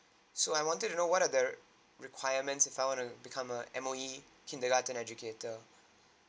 so I wanted to know what are the requirements if I wanna become a M_O_E kindergarten educator